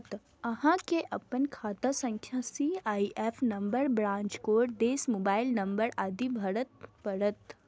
अहां कें अपन खाता संख्या, सी.आई.एफ नंबर, ब्रांच कोड, देश, मोबाइल नंबर आदि भरय पड़त